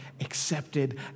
accepted